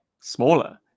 smaller